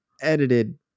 edited